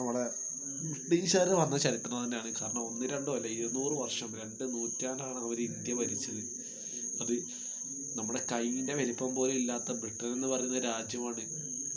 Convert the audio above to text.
നമ്മുടെ ബ്രിട്ടീഷുകാർ വന്ന ചരിത്രം തന്നെയാണ് കാരണം ഒന്നും രണ്ടും അല്ല ഇരുനൂറ് വർഷം രണ്ടു നൂറ്റാണ്ടാണ് അവർ ഇന്ത്യ ഭരിച്ചത് അത് നമ്മുടെ കൈയിൻ്റെ വലുപ്പം പോലുമില്ലാത്ത ബ്രിട്ടൻ എന്ന് പറയുന്ന രാജ്യമാണ്